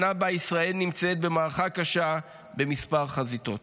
שנה שבה ישראל נמצאת במערכה קשה בכמה חזיתות.